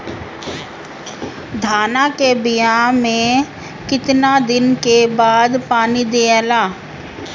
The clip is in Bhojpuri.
धान के बिया मे कितना दिन के बाद पानी दियाला?